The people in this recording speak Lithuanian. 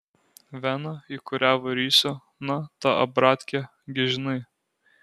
vena į kurią varysiu na ta abratkė gi žinai